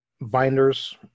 binders